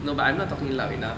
no but I'm not talking loud enough